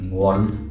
world